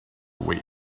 wait